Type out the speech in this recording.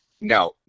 No